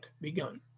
begun